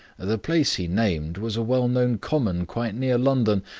the place he named was a well-known common quite near london,